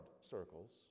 circles